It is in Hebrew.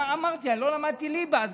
לא למדתי ליבה,